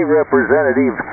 representative